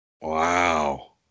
Wow